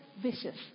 vicious